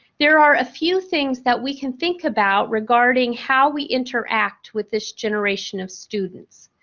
there are a few things that we can think about regarding how we interact with this generation of students.